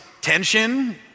tension